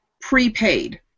prepaid